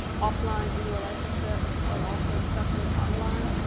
offline, in your relationships but also especially online.